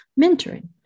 mentoring